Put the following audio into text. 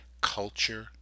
culture